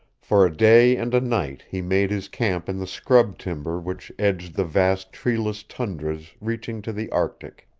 for a day and a night he made his camp in the scrub timber which edged the vast treeless tundras reaching to the arctic.